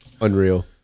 Unreal